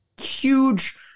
huge